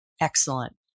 Excellent